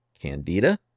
candida